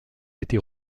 été